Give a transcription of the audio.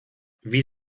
wie